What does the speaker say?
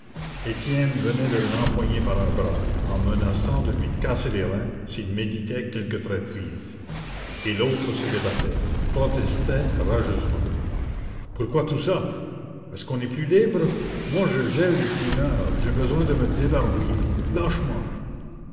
étienne venait de l'empoigner par un bras en menaçant de lui casser les reins s'il méditait quelque traîtrise et l'autre se débattait protestait rageusement pourquoi tout ça est-ce qu'on n'est plus libre moi je gèle depuis une heure j'ai besoin de me débarbouiller lâche moi